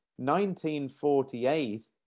1948